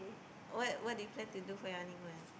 what what do you plan to do for your honeymoon